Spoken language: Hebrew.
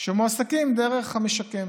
שמועסקים דרך "המשקם".